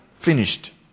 Finished